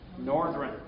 Northern